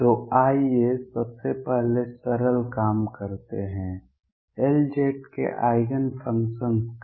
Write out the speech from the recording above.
तो आइए पहले सबसे सरल काम करते हैं Lz के आइगेन फंक्शन्स का